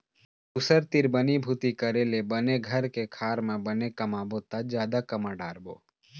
दूसर तीर बनी भूती करे ले बने घर के खार म बने कमाबो त जादा कमा डारबो